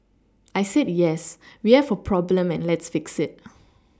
I said yes we have a problem and let's fix it